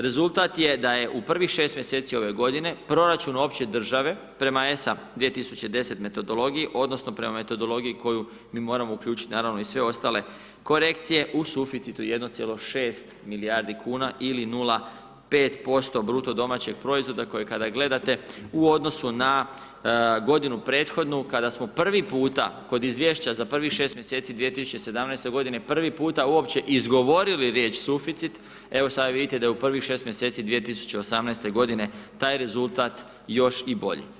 Rezultat je da je u prvih 6 mjeseci ove godine proračun opće države prema ESA 2010. metodologiji, odnosno prema metodologiji u koju mi moramo uključiti naravno i sve ostale korekcije u suficitu 1,6 milijardi kuna ili 0,5% BDP-a koji kada gledate u odnosu na godinu prethodnu kada smo prvi puta kod izvješća za prvih 6 mjeseci 2017. godine prvi puta uopće izgovorili riječ suficit, evo sada vidite da je u prvih 6 mjeseci 2018. godine taj rezultat još i bolji.